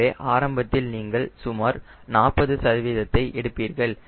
எனவே ஆரம்பத்தில் நீங்கள் சுமார் 40 சதவீதத்தை எடுப்பீர்கள்